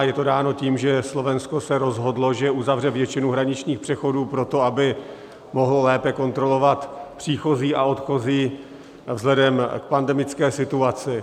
Je to dáno tím, že Slovensko se rozhodlo, že uzavře většinu hraničních přechodů proto, aby mohlo lépe kontrolovat příchozí a odchozí vzhledem k pandemické situaci.